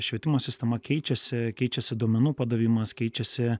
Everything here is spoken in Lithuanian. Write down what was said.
švietimo sistema keičiasi keičiasi duomenų padavimas keičiasi